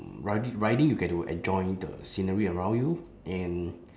riding riding you get to enjoy the scenery around you and